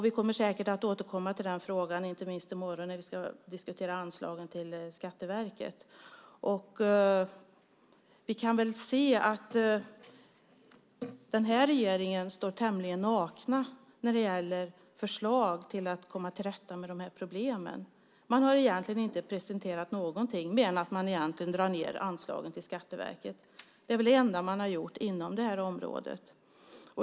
Vi kommer säkert att återkomma till frågan, inte minst i morgon när vi ska diskutera anslagen till Skatteverket. Vi kan se att regeringen står tämligen naken när det gäller förslag till att komma till rätta med problemen. Den har egentligen inte presenterat någonting mer än att man drar ned anslagen till Skatteverket. Det är väl det enda man har gjort på det här området.